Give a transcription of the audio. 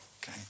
okay